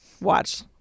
Watch